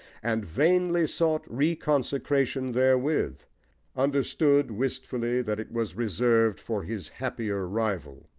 and vainly sought reconsecration therewith understood, wistfully, that it was reserved for his happier rival.